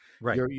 Right